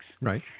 Right